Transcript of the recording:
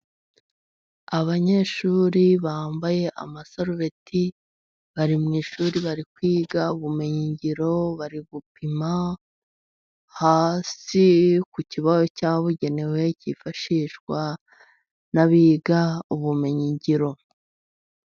Abanyeshuri bambaye amasarubeti, bari mu ishuri, bari kwiga ubumenyingiro, bari gupima hasi ku kibaho cyabugenewe, cyifashishwa n'abiga ubumenyingiro.